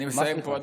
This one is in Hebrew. אני מסיים פה.